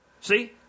See